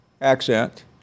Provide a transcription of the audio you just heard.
accent